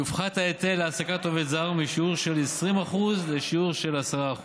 יופחת ההיטל להעסקת עובד זר משיעור של 20% לשיעור של 10%